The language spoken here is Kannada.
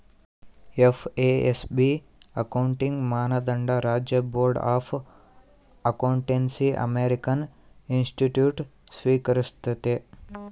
ಎಫ್.ಎ.ಎಸ್.ಬಿ ಅಕೌಂಟಿಂಗ್ ಮಾನದಂಡ ರಾಜ್ಯ ಬೋರ್ಡ್ ಆಫ್ ಅಕೌಂಟೆನ್ಸಿಅಮೇರಿಕನ್ ಇನ್ಸ್ಟಿಟ್ಯೂಟ್ಸ್ ಸ್ವೀಕರಿಸ್ತತೆ